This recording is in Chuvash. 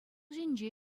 ҫинче